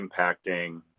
impacting